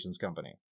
company